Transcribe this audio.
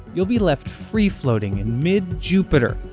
you'll be left free-floating in mid-jupiter,